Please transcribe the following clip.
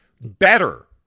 better